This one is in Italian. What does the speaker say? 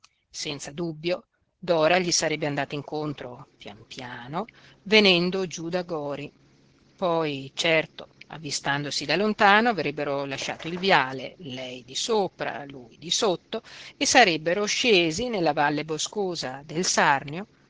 senza dubbio dora gli sarebbe andata incontro pian piano venendo giù da gori poi certo avvistandosi da lontano avrebbero lasciato il viale lei di sopra lui di sotto e sarebbero scesi nella valle boscosa del sarnio